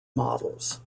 models